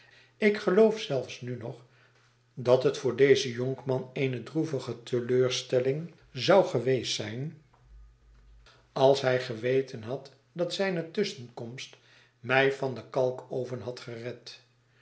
ik geloof zelfs nu nog dat het voor dezen jonkman eene droevige teleurstelling zou geweest zijn als hij geweten had dat zijne tusschenkomst mij van den kalkoven had gered